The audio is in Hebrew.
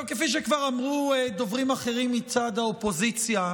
כפי שכבר אמרו דוברים אחרים מצד האופוזיציה,